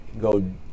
Go